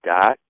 dot